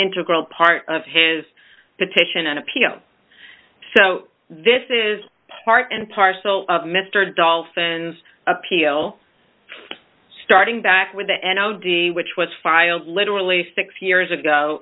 integral part of his petition on appeal so this is part and parcel of mr dolphins appeal starting back with the end of d which was filed literally six years ago